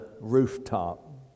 rooftop